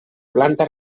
planta